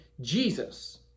Jesus